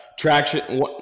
Traction